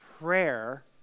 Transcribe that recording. Prayer